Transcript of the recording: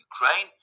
Ukraine